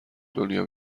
دنیا